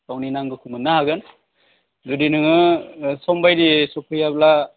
गावनि नांगौखौ मोननो हागोन जुदि नोङो सम बायदियै सफैयाब्ला